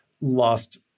lost